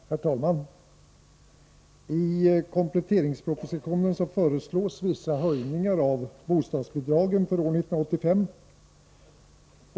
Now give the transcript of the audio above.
Herr talman! I kompletteringspropositionen föreslås vissa höjningar av bostadsbidragen för år 1985.